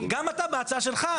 גם אתה בהצעה שלך,